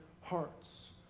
hearts